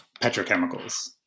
petrochemicals